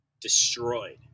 destroyed